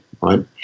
right